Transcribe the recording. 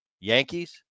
Yankees